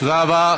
תודה רבה.